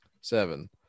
Seven